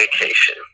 vacation